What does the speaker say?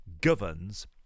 governs